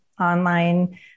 online